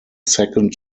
second